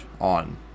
on